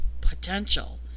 potential